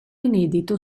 inedito